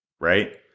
Right